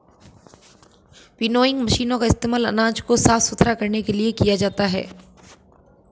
winnowing मशीनों का इस्तेमाल अनाज को साफ सुथरा करने के लिए किया जाता है